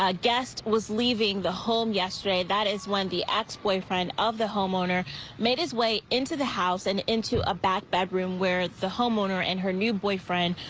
ah guest was leaving the home yesterday that is when the ex-boyfriend of the homeowner made his way into the house and into a back bedroom where the homeowner and her new boyfriend.